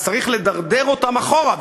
אז צריך לדרדר אותם אחורה,